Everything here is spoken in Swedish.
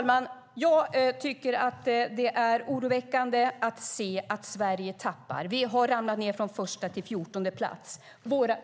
Herr talman! Det är oroväckande att se att Sverige tappar. Vi har ramlat ned från första till fjortonde plats.